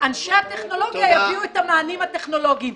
אנשי הטכנולוגיה יביאו את המענים הטכנולוגיים.